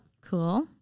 Cool